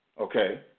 okay